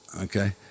okay